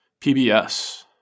PBS